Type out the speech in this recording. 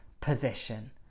position